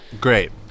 great